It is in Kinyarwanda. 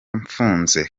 mfunze